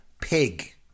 Pig